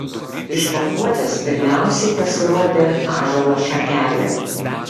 iš pakuotės pirmiausiai pasirodė ąžuolo šakelė